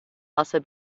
also